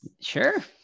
Sure